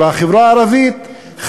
בחברה הערבית,